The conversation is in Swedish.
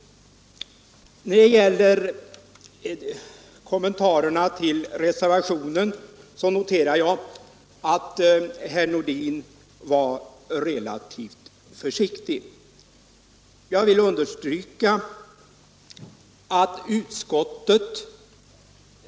Jag noterar att herr Nordin i sina kommentarer till reservationerna var relativt försiktig.